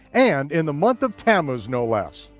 and in the month of tammuz, no less.